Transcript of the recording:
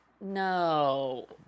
no